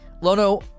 Lono